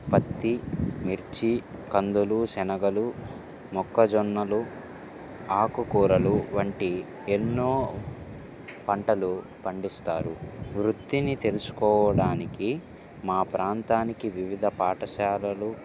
పత్తి మిర్చి కందులు శనగలు మొక్కజొన్నలు ఆకుకూరలు వంటి ఎన్నో పంటలు పండిస్తారు వృత్తిని తెలుసుకోవడానికి మా ప్రాంతానికి వివిధ పాఠశాలలు